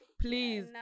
Please